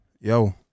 yo